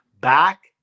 Back